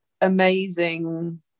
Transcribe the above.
amazing